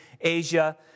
Asia